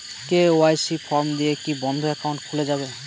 KYC form দিয়ে কি বন্ধ একাউন্ট খুলে যাবে?